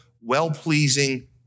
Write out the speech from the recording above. well-pleasing